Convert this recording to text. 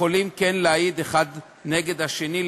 כן יכולים להעיד אחד נגד השני,